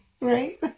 Right